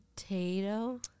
potato